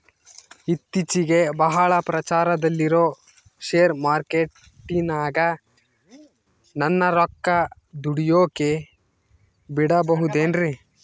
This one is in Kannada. ಇತ್ತೇಚಿಗೆ ಬಹಳ ಪ್ರಚಾರದಲ್ಲಿರೋ ಶೇರ್ ಮಾರ್ಕೇಟಿನಾಗ ನನ್ನ ರೊಕ್ಕ ದುಡಿಯೋಕೆ ಬಿಡುಬಹುದೇನ್ರಿ?